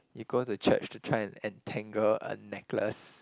you go to church to try and untangle a necklace